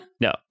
No